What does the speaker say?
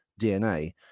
DNA